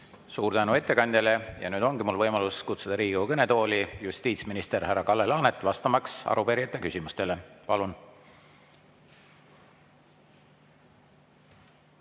Suur tänu ettekandjale! Ja nüüd ongi mul võimalus kutsuda Riigikogu kõnetooli justiitsminister härra Kalle Laanet vastama arupärijate küsimustele. Palun!